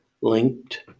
linked